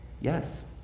Yes